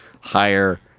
higher